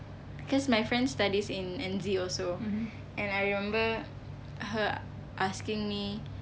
because my friend studies in N_Z also and I remember her asking me